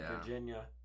Virginia